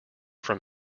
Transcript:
from